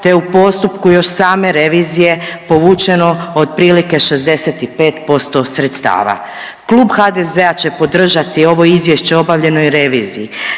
je u postupku još same revizije povučeno otprilike 65% sredstava. Klub HDZ-a će podržati ovo izvješće o obavljenoj reviziji